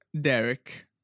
Derek